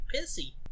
pissy